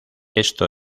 esto